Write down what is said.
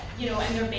you know, and they're